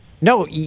No